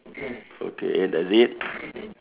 okay that's it